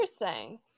interesting